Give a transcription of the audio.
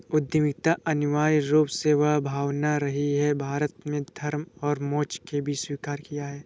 उद्यमिता अनिवार्य रूप से वह भावना रही है, भारत ने धर्म और मोक्ष के बीच स्वीकार किया है